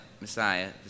Messiah